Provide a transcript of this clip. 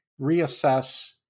reassess